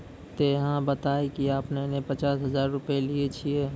ते अहाँ बता की आपने ने पचास हजार रु लिए छिए?